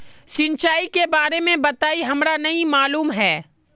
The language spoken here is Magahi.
सिंचाई के बारे में बताई हमरा नय मालूम है?